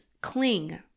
cling